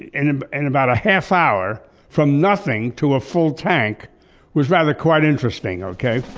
and and and about a half-hour from nothing to a full tank was rather quite interesting, okay?